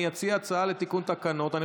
אני אציע הצעה לתיקון התקנון,